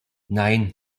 nein